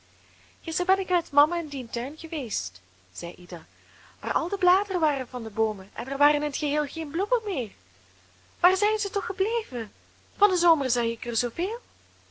gisteren ben ik met mama in dien tuin geweest zei ida maar al de bladeren waren van de boomen en er waren in t geheel geen bloemen meer waar zijn ze toch gebleven van den zomer zag ik er zooveel